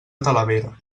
talavera